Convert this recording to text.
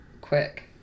quick